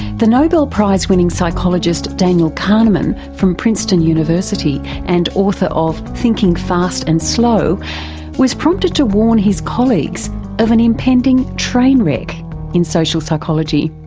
the nobel prize-winning psychologist daniel kahneman from princeton university and author of thinking, fast and slow was prompted to warn his colleagues of an impending train wreck in social psychology,